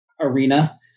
arena